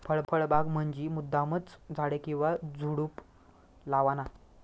फळबाग म्हंजी मुद्दामचं झाडे किंवा झुडुप लावाना